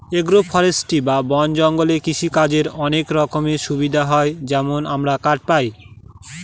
agro forestry বা বন জঙ্গলে কৃষিকাজের অনেক রকমের সুবিধা হয় যেমন আমরা কাঠ পায়